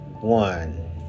one